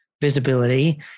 visibility